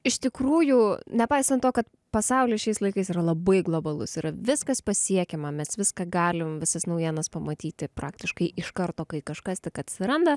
iš tikrųjų nepaisant to kad pasaulis šiais laikais yra labai globalus yra viskas pasiekiama mes viską galim visas naujienas pamatyti praktiškai iš karto kai kažkas tik atsiranda